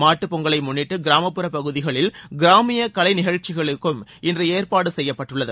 மாட்டுப் பொங்கலை முன்னிட்டு கிராமப்புற பகுதிகளில் கிராமிய கலை நிகழ்ச்சிகளுக்கும் இன்று ஏற்பாடு செய்யப்பட்டுள்ளது